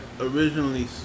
originally